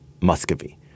Muscovy